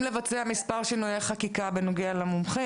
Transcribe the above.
לבצע מספר שינויי חקיקה בנוגע למומחים,